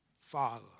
father